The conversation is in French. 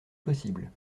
possible